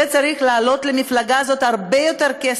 זה צריך לעלות למפלגה הזאת הרבה יותר כסף,